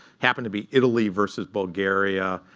happened to be italy versus bulgaria,